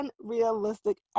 unrealistic